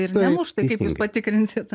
ir nemušt tai kaip jūs patikrinsit